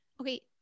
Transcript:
Okay